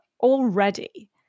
already